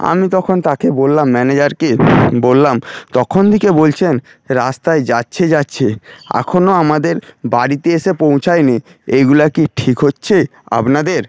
আমি তখন তাকে বললাম ম্যানেজারকে বললাম তখন থেকে বলছেন রাস্তায় যাচ্ছে যাচ্ছে এখনও আমাদের বাড়িতে এসে পৌছায়নি এইগুলো কি ঠিক হচ্ছে আপনাদের